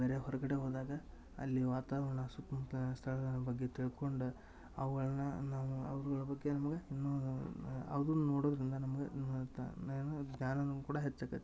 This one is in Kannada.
ಬೇರೆ ಹೊರಗಡೆ ಹೋದಾಗ ಅಲ್ಲಿ ವಾತಾವರ್ಣ ಸುತ್ಮುತ್ಲಿನ ಸ್ಥಳಗಳ ಬಗ್ಗೆ ತಿಳ್ಕೊಂಡು ಅವುಗಳನ್ನ ನಾವು ಅವುಗಳ ಬಗ್ಗೆ ನಮಗೆ ಇನ್ನೂ ಅದನ್ನ ನೋಡೋದರಿಂದ ನಮ್ಗೆ ಏನಾಗತ್ತ ಜ್ಞಾನನು ಕೂಡ ಹೆಚ್ಚಾಕ್ಕತಿ